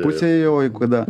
pusėje jau jeigu kada